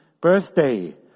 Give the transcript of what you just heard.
birthday